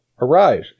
Arise